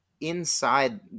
inside